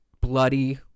bloody